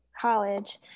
college